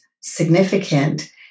significant